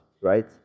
right